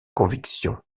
conviction